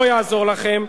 לא יעזור לכם.